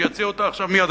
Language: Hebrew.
שיציע אותה עכשיו מייד,